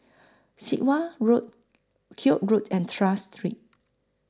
Sit Wah Road Koek Road and Tras Street